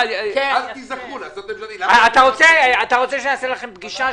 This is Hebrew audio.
אתה רוצה שאני אעשה לכם פגישה,